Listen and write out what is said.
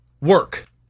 work